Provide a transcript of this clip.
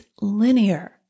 linear